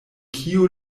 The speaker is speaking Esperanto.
kiu